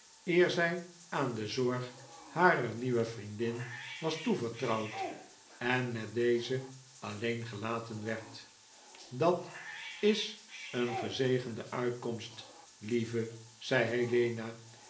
eer zy aan dezorg harer nieuwe vriendin was toevertrouwd en met deze alleen gelaten werd dat is een gezegende uitkomst lieve zei